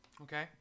Okay